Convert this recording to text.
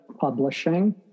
Publishing